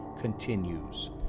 continues